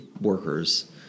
workers